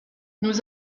nous